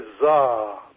bizarre